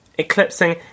Eclipsing